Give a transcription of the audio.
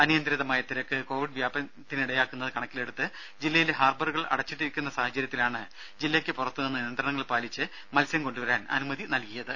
അനിയന്ത്രിതമായ തിരക്ക് കൊവിഡ് വ്യാപനത്തിനിടയാക്കുന്നത് കണക്കിലെടുത്ത് ജില്ലയിലെ ഹാർബറുകൾ അടച്ചിട്ടിരിക്കുന്ന സാഹചര്യത്തിലാണ് ജില്ലയ്ക്ക് പുറത്തുനിന്ന് നിയന്ത്രണങ്ങൾ പാലിച്ച് മത്സ്യം കൊണ്ടുവരാൻ അനുമതി നൽകിയത്